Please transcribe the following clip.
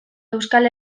euskal